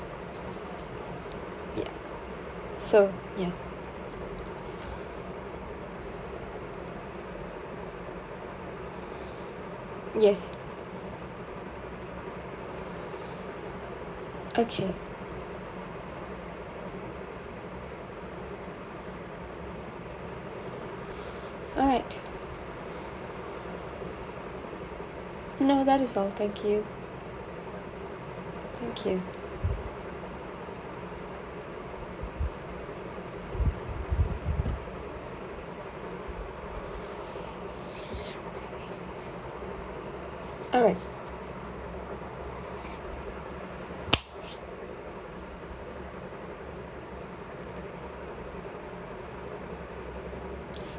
ya so ya yes okay alright no that is all thank you